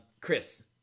Chris